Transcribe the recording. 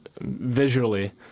visually